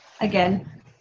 Again